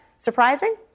Surprising